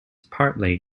partly